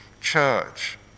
church